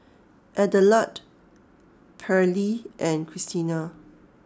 Adelard Pairlee and Christina